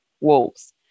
wolves